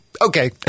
okay